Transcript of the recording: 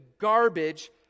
garbage